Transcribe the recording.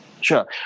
Sure